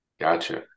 Gotcha